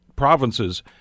provinces